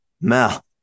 Mel